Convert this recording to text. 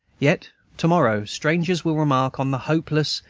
yet to-morrow strangers will remark on the hopeless,